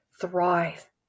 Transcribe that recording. thrive